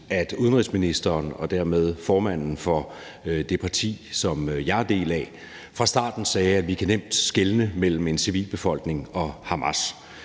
at udenrigsministeren og dermed formanden for det parti, som jeg er en del af, fra starten sagde, at vi nemt kan skelne mellem en civilbefolkning og Hamas.